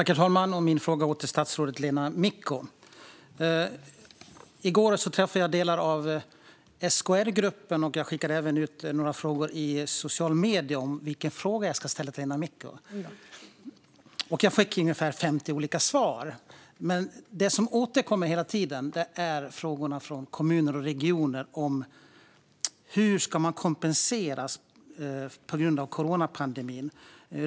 Herr talman! Min fråga går till statsrådet Lena Micko. I går träffade jag delar av SKR-gruppen. Jag skickade även ut några frågor i sociala medier om vilken fråga jag skulle ställa till Lena Micko och fick ungefär 50 olika svar. Det som hela tiden återkommer är frågor från kommuner och regioner om hur man ska kompenseras för coronapandemin.